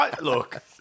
Look